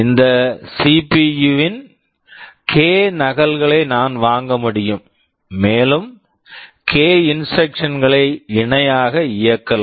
இந்த CPU CPU ன் k k நகல்களை நான் வாங்க முடியும் மேலும் கே k இன்ஸ்ட்ரக்க்ஷன்ஸ் instructions களை இணையாக இயக்கலாம்